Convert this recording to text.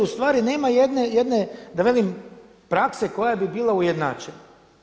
Ustvari, nema jedne da velim prakse koja bi bila ujednačena.